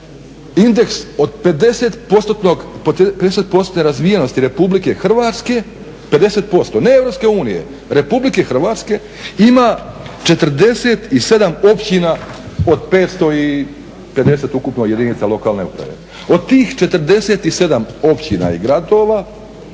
indeks od 50%-tne razvijenosti Republike Hrvatske, 50% ne Europske unije, Republike Hrvatske ima 47 općina od 550 ukupno jedinica lokaln uprave. Od tih 47 općina i gradova